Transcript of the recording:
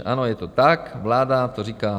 Ano, je to tak, vláda to říká.